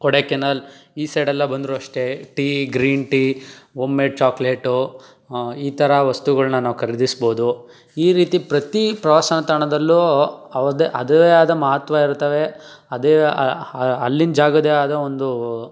ಕೊಡೈಕೆನಾಲ್ ಈ ಸೈಡೆಲ್ಲ ಬಂದರೂ ಅಷ್ಟೇ tea green tea homemade chocolate ಈ ಥರ ವಸ್ತುಗಳನ್ನ ನಾವು ಖರೀದಿಸ್ಬೋದು ಈ ರೀತಿ ಪ್ರತಿ ಪ್ರವಾಸ ತಾಣದಲ್ಲೂ ಅವ್ರ್ದೇ ಅದುವೇ ಆದ ಮಹತ್ವ ಇರ್ತವೆ ಅದೇ ಅಲ್ಲಿನ ಜಾಗದ್ದೇ ಆದ ಒಂದು